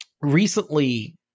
recently